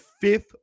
fifth